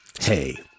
Hey